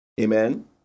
Amen